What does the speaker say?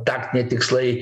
taktiniai tikslai